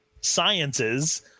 sciences